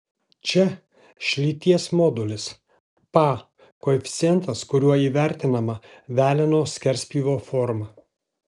čia šlyties modulis pa koeficientas kuriuo įvertinama veleno skerspjūvio forma